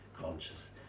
conscious